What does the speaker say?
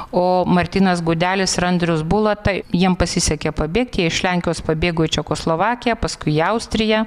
o martynas gudelis ir andrius bulota jiem pasisekė pabėgti jie iš lenkijos pabėgo į čekoslovakiją paskui į austriją